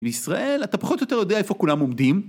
בישראל אתה פחות או יותר יודע איפה כולם עומדים